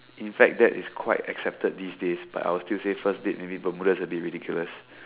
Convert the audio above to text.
in fact that is quite accepted these days but I would still say first date maybe bermudas a bit ridiculous